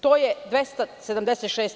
To je 276